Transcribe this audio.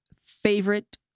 favorite